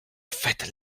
faites